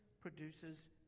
produces